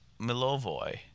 Milovoy